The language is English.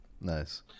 Nice